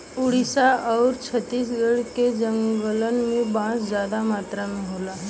ओडिसा आउर छत्तीसगढ़ के जंगलन में बांस जादा मात्रा में होला